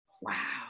Wow